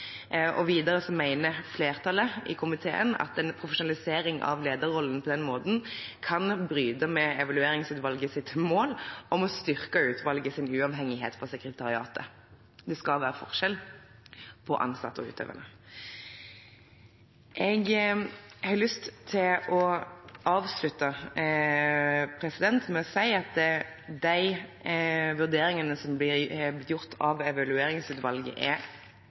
utøvere. Videre mener flertallet i komiteen at en profesjonalisering av lederrollen på den måten kan bryte med Evalueringsutvalgets mål om å styrke utvalgets uavhengighet fra sekretariatet. Det skal være forskjell på ansatte og utøvende. Jeg har lyst til å avslutte med å si at de vurderingene som har blitt gjort av Evalueringsutvalget, er